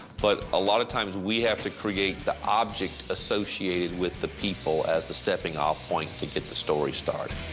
but a lot of times we have to create the object associated with the people as the stepping off point to get the story started.